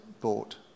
bought